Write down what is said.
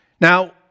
Now